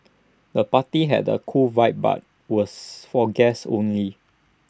the party had A cool vibe but was for guests only